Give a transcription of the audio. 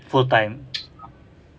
full time